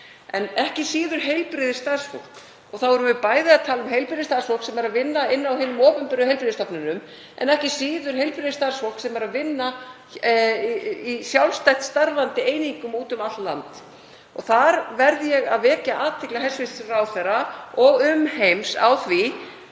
en ekki síður heilbrigðisstarfsfólk. Þá erum við bæði að tala um heilbrigðisstarfsfólk sem vinnur inni á hinum opinberu heilbrigðisstofnunum en ekki síður heilbrigðisstarfsfólk sem vinnur í sjálfstætt starfandi einingum úti um allt land. Þar verð ég að vekja athygli hæstv. ráðherra og umheims á því